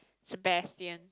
Sebastian